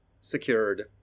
secured